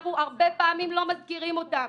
שאנחנו הרבה פעמים לא מזכירים אותם,